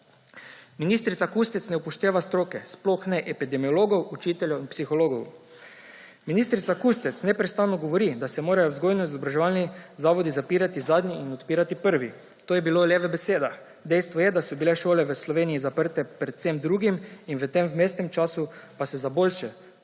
Ministrica Kustec ne upošteva stroke, sploh ne epidemiologov, učiteljev in psihologov. Ministrica Kustec neprestano govori, da se morajo vzgojno-izobraževalni zavodi zapirati zadnji in odpirati prvi. To je bilo le v besedah. Dejstvo je, da so bile šole v Sloveniji zaprte pred vsem drugim, v tem vmesnem času pa se za boljše